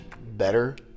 better